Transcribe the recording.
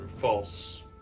False